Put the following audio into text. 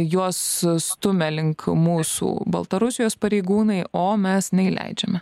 juos stumia link mūsų baltarusijos pareigūnai o mes neįleidžiame